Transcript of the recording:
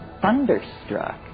thunderstruck